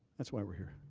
that is why we are here.